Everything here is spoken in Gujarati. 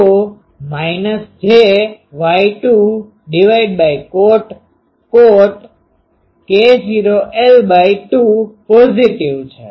તો jY22cot K0l2 minus j Y2 2 cot K0 l 2 positive છે